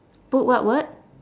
put what word